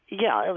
yeah.